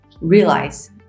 realize